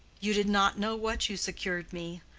you did not know what you secured me.